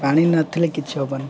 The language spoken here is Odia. ପାଣି ନ ଥିଲେ କିଛି ହବନି